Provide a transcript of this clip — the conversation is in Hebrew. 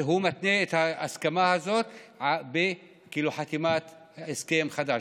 הוא מתנה את ההסכמה הזאת בחתימת הסכם חדש.